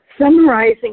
Summarizing